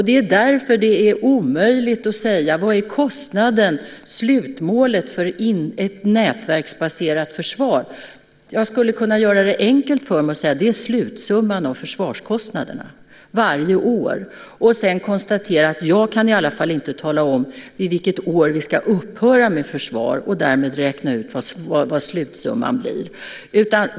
Det är därför det är omöjligt att säga vad kostnaden och slutmålet för ett nätverksbaserat försvar är. Jag skulle kunna göra det enkelt för mig och säga att det är slutsumman av försvarskostnaderna varje år, och sedan konstatera att jag inte kan tala om vid vilket år vi ska upphöra med försvar och därmed räkna ut vad slutsumman blir.